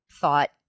thought